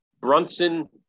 Brunson